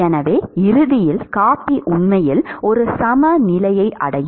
எனவே இறுதியில் காபி உண்மையில் ஒரு சமநிலையை அடையும்